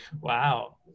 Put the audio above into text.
Wow